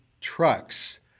trucks